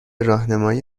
راهنمایی